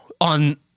on